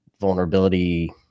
vulnerability